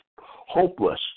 hopeless